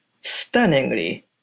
stunningly